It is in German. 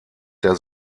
der